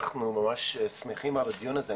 אנחנו שמחים על הדיון הזה.